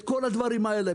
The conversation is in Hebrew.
את כל הדברים האלה,